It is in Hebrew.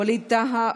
ווליד טאהא,